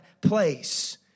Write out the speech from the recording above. place